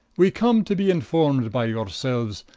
we come to be informed by your selues,